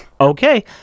okay